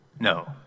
No